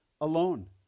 alone